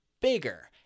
bigger